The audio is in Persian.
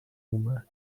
اومد